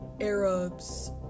Arabs